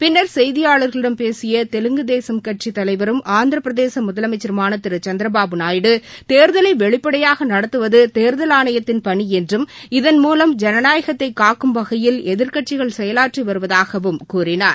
பின்னர் செய்தியாளர்களிடம் பேசியதெலுங்கு தேசகட்சிதலைவரும் ஆந்திரப்பிரதேசமுதலமைச்சருமானதிருசந்திரபாபு நாயுடு தேர்தலைவெளிப்படையாகநடத்துவதுதேர்தல் ஆணையத்தின் பணிஎன்றும் இதன் மூலம் ஜனநாயகத்தைகாக்கும் வகையில் எதிர்கட்சிகள் செயலாற்றிவருவதாகவும் கூறினார்